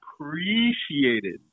appreciated